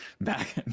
back